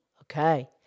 Okay